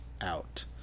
out